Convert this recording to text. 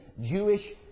Jewish